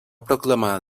proclamar